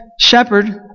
shepherd